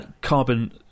Carbon